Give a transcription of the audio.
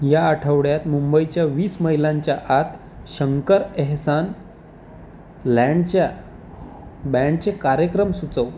या आठवड्यात मुंबईच्या वीस मैलांच्या आत शंकर एहसान लँडच्या बँडचे कार्यक्रम सुचव